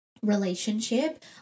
relationship